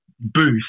boost